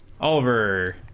Oliver